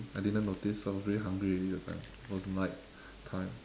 I didn't notice I was really hungry already that time it was night time